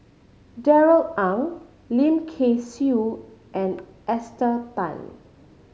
Darrell Ang Lim Kay Siu and Esther Tan